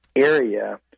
area